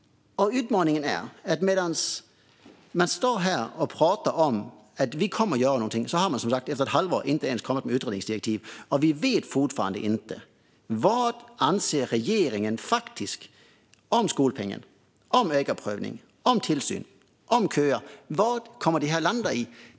Utmaningen är att medan man står här och pratar om att man kommer att göra något har man som sagt efter ett halvår inte ens kommit med utredningsdirektiv. Och vi vet fortfarande inte vad regeringen faktiskt anser om skolpengen, om ägarprövning, om tillsyn eller om köer. Vad kommer detta att landa i?